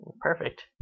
Perfect